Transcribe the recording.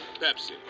Pepsi